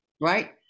Right